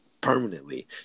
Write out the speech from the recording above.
permanently